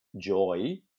Joy